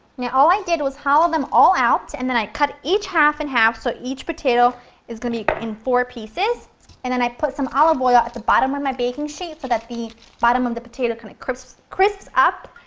yeah all i did was hollow them all out and then i cut each half in half, so each potato is going to be in four pieces and then i put some olive oil ah at the bottom of my baking sheet so that the bottom of the potato kind of crisps crisps up.